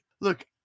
look